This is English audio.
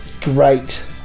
great